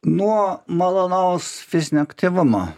nuo malonaus fizinio aktyvumo